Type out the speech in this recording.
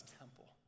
temple